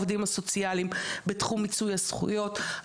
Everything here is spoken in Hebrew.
אנחנו היום בוועדה לזכויות הילד,